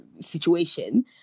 situation